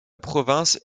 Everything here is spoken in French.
province